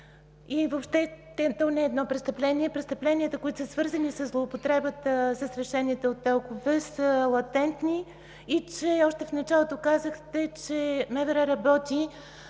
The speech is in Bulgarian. то въобще не е едно престъпление, престъпленията, които са свързани със злоупотребата с решенията от ТЕЛК-ове, са латентни. Още в началото казахте, че МВР работи